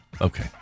Okay